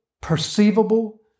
perceivable